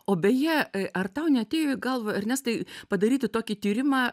o beje ar tau neatėjo į galvą ernestai padaryti tokį tyrimą